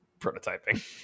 prototyping